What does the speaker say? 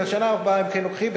ובשנה הבאה הם כן לוקחים,